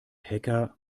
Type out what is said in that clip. hacker